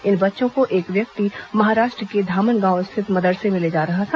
इन बच्चों को एक व्यक्ति महाराष्ट्र के धामन गांव स्थित मदरसे में ले जा रहा था